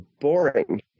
boring